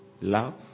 Love